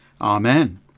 Amen